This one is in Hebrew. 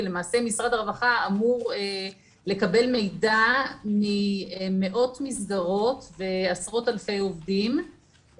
ולמעשה משרד הרווחה אמור לקבל מידע ממאות מסגרות ועשרות אלפי עובדים,